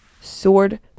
Sword